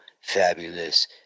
fabulous